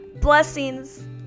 Blessings